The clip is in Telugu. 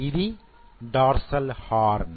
ఇది డార్శల్ హార్న్